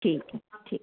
ठीक है ठीक